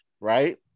right